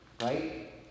right